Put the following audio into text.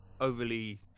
overly